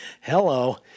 Hello